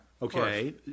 Okay